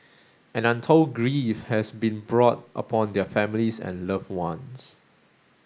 and untold grief has been brought upon their families and loved ones